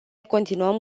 continuăm